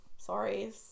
Sorry